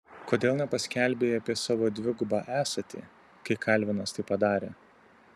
kodėl nepaskelbei apie savo dvigubą esatį kai kalvinas tai padarė